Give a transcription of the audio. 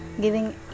giving